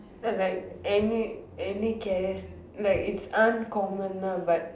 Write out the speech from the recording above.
like any any characteristics like it's uncommon ah but